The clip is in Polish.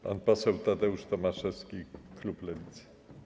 Pan poseł Tadeusz Tomaszewski, klub Lewicy.